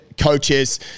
coaches